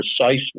precisely